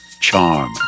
charm